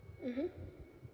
mmhmm